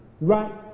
right